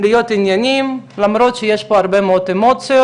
להיות ענייניים, למרות שיש פה הרבה מאוד אמוציות.